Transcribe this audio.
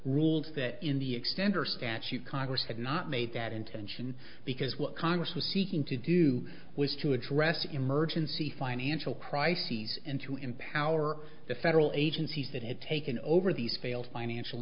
ruled that in the expander statute congress had not made that intention because what congress was seeking to do was to address the emergency financial crises and to empower the federal agencies that had taken over these failed financial